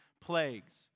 plagues